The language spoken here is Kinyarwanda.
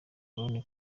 brown